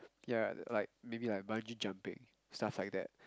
yeah like maybe like bungee jumping stuff like that